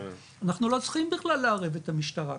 אנחנו לא צריכים בכלל לערב את המשטרה,